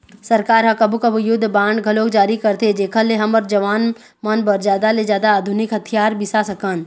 सरकार ह कभू कभू युद्ध बांड घलोक जारी करथे जेखर ले हमर जवान मन बर जादा ले जादा आधुनिक हथियार बिसा सकन